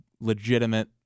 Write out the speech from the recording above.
legitimate